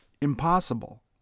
impossible